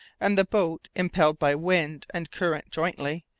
and the boat, impelled by wind and current jointly,